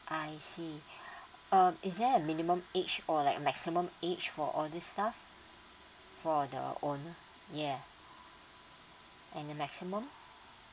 I see uh is there a minimum age or like maximum age for all this stuff for the owner yeah and the maximum